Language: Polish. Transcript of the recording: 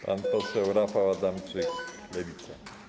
Pan poseł Rafał Adamczyk, Lewica.